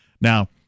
Now